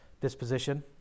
disposition